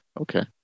Okay